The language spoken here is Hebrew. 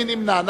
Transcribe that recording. מי נמנע?